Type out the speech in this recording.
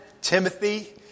Timothy